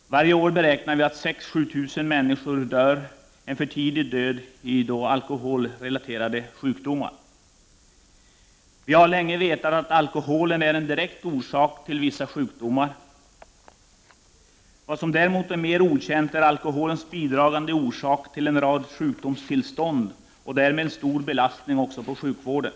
Varje år beräknas 6 000-7 000 människor dö en för tidig död i alkoholrelaterade sjukdomar. Vi har länge vetat att alkoholen är en direkt orsak till vissa sjukdomar. Vad som däremot är mera okänt är att alkoholen utgör en bidragande orsak till en rad sjukdoms = Prot. 1989/90:26 tillstånd, och därmed är alkoholen en stor belastning även för sjukvården.